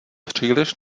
příliš